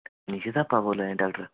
नीशू थापा बोला ने डाक्टर